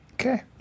Okay